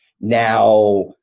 Now